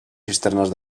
cisternes